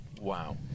Wow